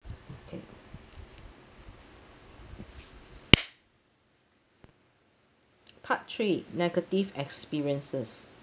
okay part three negative experiences